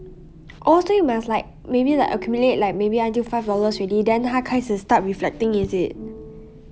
orh so you must like maybe like accumulate like maybe until five dollars then 它开始 start reflecting is it